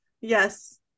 yes